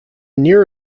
near